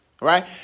Right